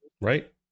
right